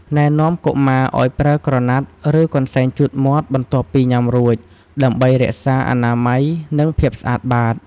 ណែនាំកុមារឲ្យប្រើក្រណាត់ ឬកន្សែងជូតមាត់បន្ទាប់ពីញ៉ាំរួច ដើម្បីរក្សាអនាម័យ និងភាពស្អាតបាត។